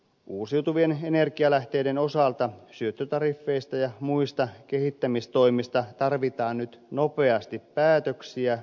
uusiutuvien energialähteiden osalta syöttötariffeista ja muista kehittämistoimista tarvitaan nyt nopeasti päätöksiä